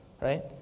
Right